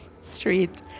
street